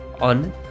on